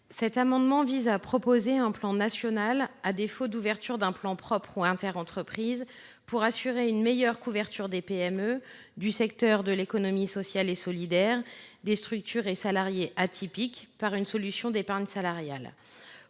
Cet amendement vise à proposer un plan national, à défaut d’ouverture d’un plan propre ou interentreprises, pour assurer une meilleure couverture des PME, du secteur de l’économie sociale et solidaire (ESS) et des structures et salariés atypiques par une solution d’épargne salariale.